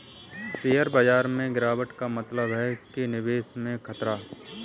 share बाजार में गिराबट का मतलब है कि निवेश में खतरा है